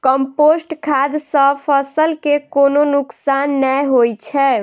compost खाद सं फसल कें कोनो नुकसान नै होइ छै